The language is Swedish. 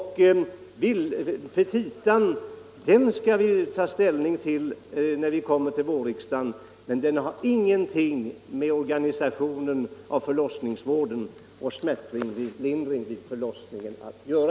Petitan skall vi bedöma under vårriksdagen men den har ingenting med organisationen av förlossningsvården och smärtlindring vid förlossning att göra.